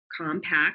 compact